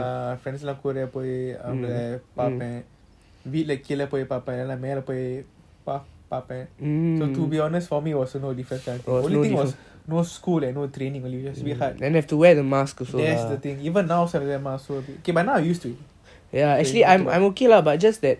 வீட்டுல கீழ பொய் பாப்பான் இல்ல மெல்ல பொய் பாப்பான்:veetula keela poi paapan illa mella poi paapan so to be honest for me it was no difference lah the only thing is no school and no training only so it was quite hard then have to wear the mask also but now I used to it